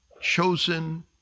chosen